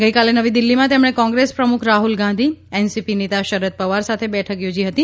ગઇકાલે નવી દિલ્હીમાં તેમણે કોંગ્રેસ પ્રમુખ રાહલ ગાંધી એનસીપી નેતા શરદ પવાર સાથે બેઠક યોજી હતી